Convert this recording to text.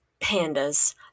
pandas